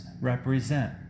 represent